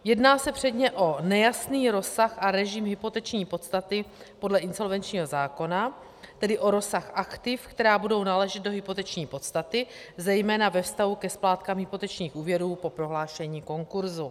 Jedná se předně o nejasný rozsah a režim hypoteční podstaty podle insolvenčního zákona, tedy o rozsah aktiv, která budou náležet do hypoteční podstaty, zejména ve vztahu ke splátkám hypotečních úvěrů po prohlášení konkurzu.